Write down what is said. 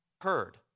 heard